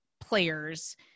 players